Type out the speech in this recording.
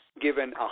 given